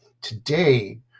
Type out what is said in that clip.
Today